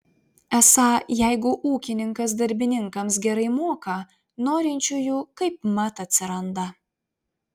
esą jeigu ūkininkas darbininkams gerai moka norinčiųjų kaipmat atsiranda